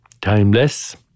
timeless